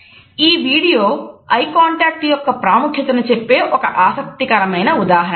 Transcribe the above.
ఈ video eye contact యొక్క ప్రాముఖ్యతను చెప్పే ఒక ఆసక్తికరమైన ఉదాహరణ